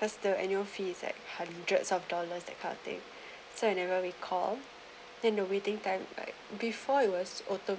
cause the annual fees is at hundreds of dollars that kind of thing so I never recall then the waiting time like before it was